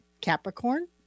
Capricorn